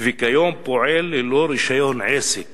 וכיום פועל ללא רשיון עסק